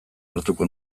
hartuko